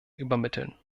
übermitteln